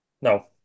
No